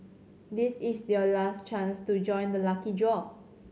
this is your last chance to join the lucky draw